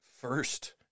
first